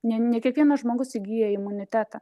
ne ne kiekvienas žmogus įgyja imunitetą